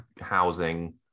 housing